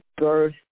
birth